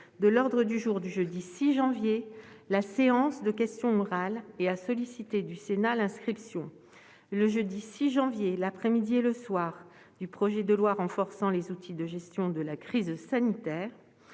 de l'ordre du jour du jeudi 6 janvier la séance de questions orales et a sollicité du Sénat l'inscription, le jeudi 6 janvier, l'après-midi et le soir, du projet de loi renforçant les outils de gestion de la crise sanitaire,